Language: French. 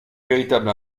véritable